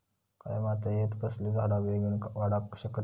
काळ्या मातयेत कसले झाडा बेगीन वाडाक शकतत?